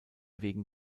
wegen